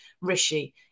Rishi